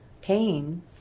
pain